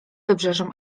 wybrzeżom